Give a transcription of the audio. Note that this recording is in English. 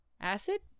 Acid